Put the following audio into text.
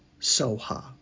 Soha